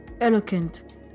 eloquent